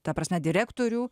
ta prasme direktorių